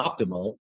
optimal